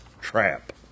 trap